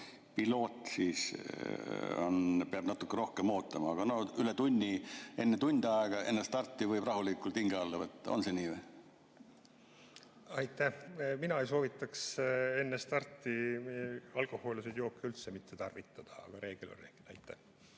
piloot, siis peab natuke rohkem ootama, aga tund aega enne starti võib rahulikult hinge alla võtta. On see nii või? Aitäh! Mina ei soovitaks enne starti alkohoolseid jooke üldse mitte tarvitada, aga reegel on reegel. Aitäh!